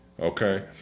Okay